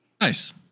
Nice